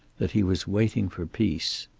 that he was waiting for peace.